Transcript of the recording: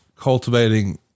cultivating